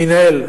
מנהל.